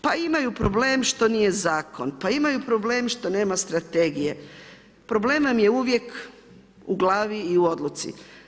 Pa imaju problem što nije zakon, pa imaju problem, što nema strategija, problem vam je uvijek u glavi i u odluci.